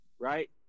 right